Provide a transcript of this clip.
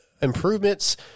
improvements